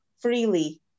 freely